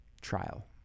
trial